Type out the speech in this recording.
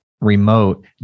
remote